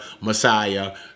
Messiah